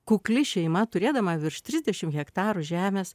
kukli šeima turėdama virš trisdešim hektarų žemės